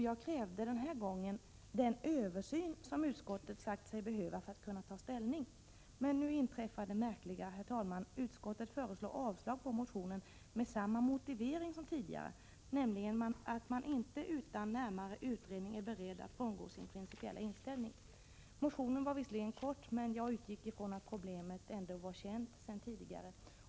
Jag krävde denna gång den översyn som utskottet sagt sig behöva för att kunna ta ställning. Men nu inträffar det märkliga, herr talman, att utskottet föreslår avslag på motionen med samma motivering som tidigare, nämligen att man inte utan närmare utredning är beredd att frångå sin principiella inställning. Motionen var visserligen kort, men jag utgick ifrån att problemet var känt sedan tidigare.